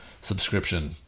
subscription